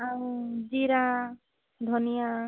ଆଉ ଜିରା ଧନିଆ